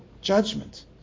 judgment